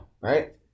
right